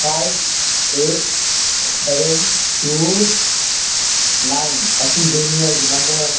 five eight seven two nine ꯑꯁꯤꯗꯨꯅꯤ ꯑꯒꯤ number